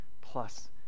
plus